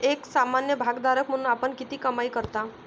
एक सामान्य भागधारक म्हणून आपण किती कमाई करता?